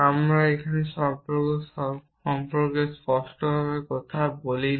আমরা এখানে সম্পর্ক সম্পর্কে স্পষ্টভাবে কথা বলি না